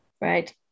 right